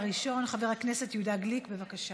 מציע ראשון, חבר הכנסת יהודה גליק, בבקשה.